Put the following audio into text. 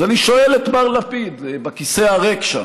אז אני שואל את מר לפיד, בכיסא הריק שם,